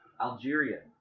Algeria